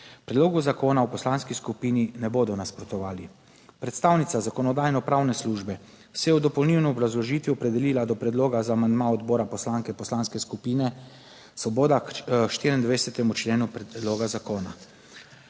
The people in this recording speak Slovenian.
Predlogu zakona v poslanski skupini ne bodo nasprotovali. Predstavnica Zakonodajno-pravne službe se je v dopolnilni obrazložitvi opredelila do predloga za amandma odbora poslanke Poslanske skupine Svoboda k 24. členu predloga zakona.